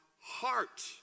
heart